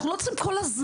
אנחנו לא צריכים להתנצל,